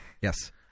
Yes